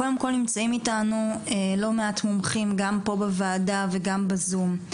קודם כל נמצאים איתנו לא מעט מומחים גם פה בוועדה וגם בזום.